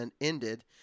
ended